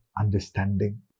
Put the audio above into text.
understanding